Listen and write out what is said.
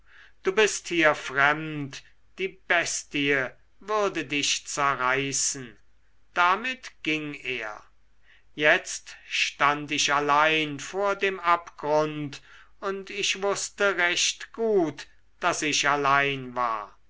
du bist hier fremd die bestie würde dich zerreißen damit ging er jetzt stand ich allein vor dem abgrund und ich wußte recht gut daß ich allein war